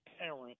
parent